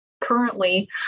Currently